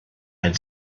had